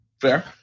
Fair